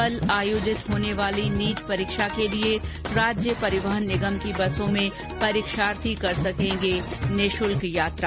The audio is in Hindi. कल आयोजित होने वाली नीट परीक्षा के लिये राज्य परिवहन निगम की बसों में परीक्षार्थी कर सकेंगे निशुल्क यात्रा